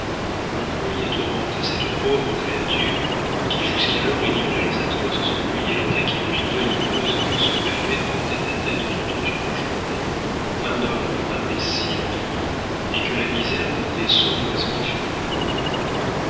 l'employé tourmentait cette pauvre créature qui jusqu'alors ignorait les atroces ennuis et les taquineries venimeuses que se permet dans le tête-à-tête de toute une journée un homme imbécile à demi et que la misère rendait sournoisement furieux